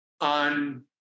on